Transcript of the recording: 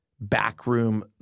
backroom